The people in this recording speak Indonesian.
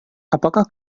apakah